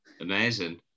amazing